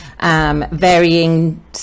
varying